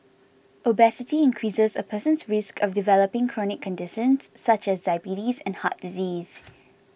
obesity increases a person's risk of developing chronic conditions such as diabetes and heart disease